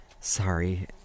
Sorry